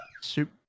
Soup